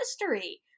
history